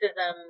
racism